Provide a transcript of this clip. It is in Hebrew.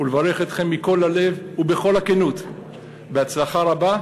ולברך אתכם מכל הלב ובכל הכנות בהצלחה רבה,